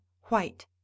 white